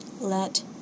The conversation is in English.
let